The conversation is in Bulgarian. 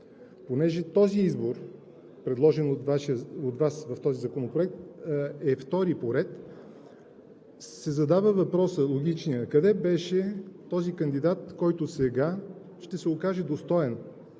Понеже този избор, предложен от Вас в този законопроект, е втори поред, се задава логичният въпрос, къде беше този кандидат, който сега ще се окаже достоен